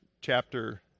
chapter